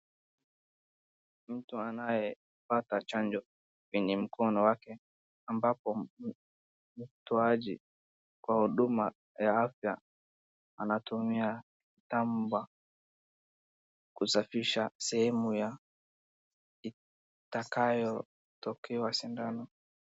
Mtu anayepata chanjo penye mkono wake ambapo mtoaji wa huduma ya afya anatumia kitamba kusafisha sehemu ya itakayotokewa sindano.